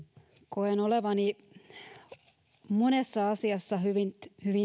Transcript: koen olevani monessa asiassa hyvin